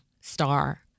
star